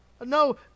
no